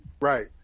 Right